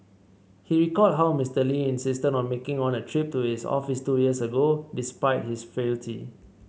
he recalled how Mister Lee insisted on making on a trip to his office two years ago despite his frailty